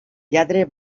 lladre